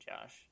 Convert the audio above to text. Josh